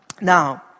Now